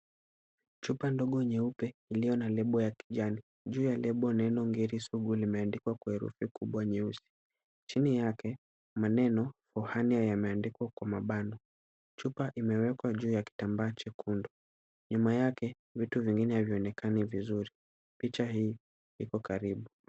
Chupa ndogo nyeupe iliyo na lebo ya kijani. Juu ya lebo neno Ngiri Sugu limeandikwa kwa herufi kubwa nyeusi. Chini yake, maneno for hernia yameandikwa kwa mabano. Chupa imewekwa juu ya kitambaa chekundu. Nyuma yake, vitu vingine havionekani vizuri. Picha hii iko karibu.